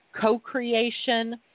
co-creation